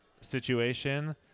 situation